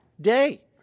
day